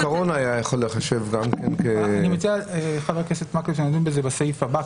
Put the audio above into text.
אני מציע שנדון בזה בסעיף הבא.